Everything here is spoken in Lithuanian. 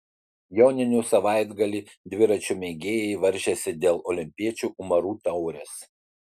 joninių savaitgalį dviračių mėgėjai varžėsi dėl olimpiečių umarų taurės